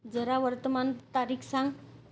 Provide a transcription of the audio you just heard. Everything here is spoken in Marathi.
जरा वर्तमान तारीख सांग